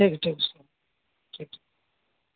ٹھیک ہے ٹھیک ہے ٹھیک